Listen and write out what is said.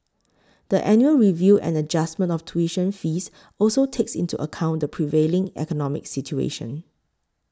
the annual review and adjustment of tuition fees also takes into account the prevailing economic situation